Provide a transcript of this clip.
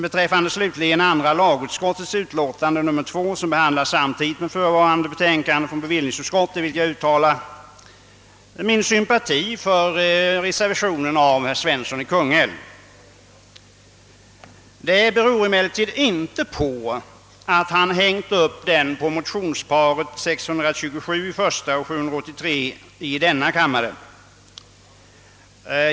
Beträffande andra lagutskottets utlåtande nr 2, som behandlas samtidigt med förevarande betänkande från bevillningsutskottet, vill jag uttala min sympati för reservationen av herr Svensson i Kungälv. Det beror emellertid inte på att han hängt upp den på motionsparet 1:627 och II:783.